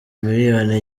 miliyoni